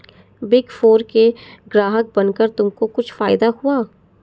Big four के ग्राहक बनकर तुमको कुछ फायदा हुआ?